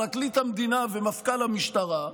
פרקליט המדינה ומפכ"ל המשטרה.